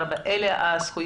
4 אלה הזכויות,